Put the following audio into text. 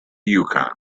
yukon